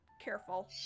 careful